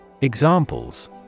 Examples